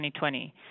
2020